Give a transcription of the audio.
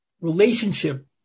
relationship